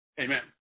Amen